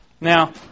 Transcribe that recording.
Now